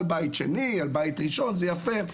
על בית שני, על בית ראשון וזה יפה.